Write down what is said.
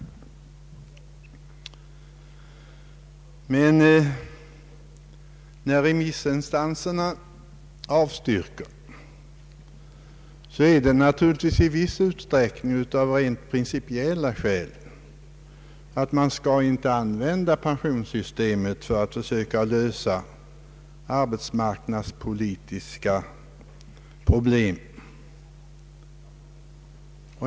Flertalet remissinstanser avstyrker motionärernas förslag huvudsakligen av det rent principiella skälet att man inte bör använda pensionssystemet till att försöka lösa arbetsmarknadspolitiska problem.